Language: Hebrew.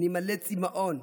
אני מלא צימאון,